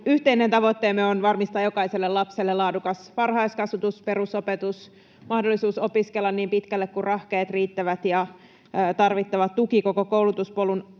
yhteinen tavoitteemme on varmistaa jokaiselle lapselle laadukas varhaiskasvatus, perusopetus, mahdollisuus opiskella niin pitkälle kuin rahkeet riittävät ja tarvittava tuki koko koulutuspolun